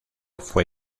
fue